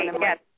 yes